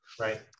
Right